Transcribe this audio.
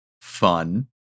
fun